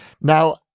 Now